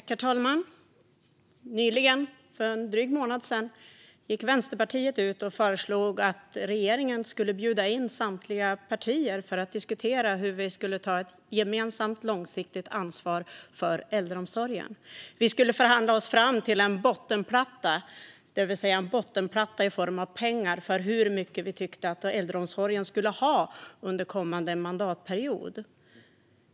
Herr talman! Nyligen, för drygt en månad sedan, gick Vänsterpartiet ut och föreslog att regeringen skulle bjuda in samtliga partier för att diskutera hur vi ska ta ett gemensamt, långsiktigt ansvar för äldreomsorgen. Vi skulle förhandla oss fram till en bottenplatta, det vill säga en bottenplatta i form av pengar, för hur mycket vi tycker att äldreomsorgen ska ha under kommande mandatperiod.